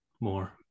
more